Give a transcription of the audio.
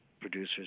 producers